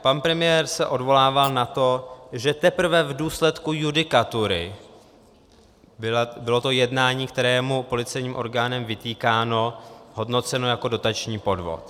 Pan premiér se odvolával na to, že teprve v důsledku judikatury bylo to jednání, které je mu policejním orgánem vytýkáno, hodnoceno jako dotační podvod.